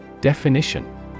Definition